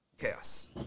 Chaos